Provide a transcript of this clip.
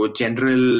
general